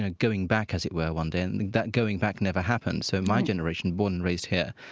ah going back as it were one day. that going back never happened. so my generation, born and raised here,